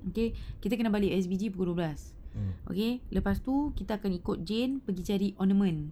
okay kita kena balik S_B_D pukul dua belas okay lepas tu kita kena ikut jane pergi cari ornament